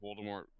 Voldemort